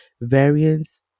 variance